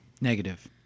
Negative